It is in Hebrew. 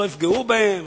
לא יפגעו בהם,